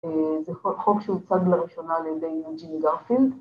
‫זה חוק שהוצג לראשונה ‫על ידי ג'יני גרפילד.